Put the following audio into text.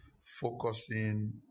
Focusing